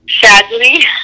sadly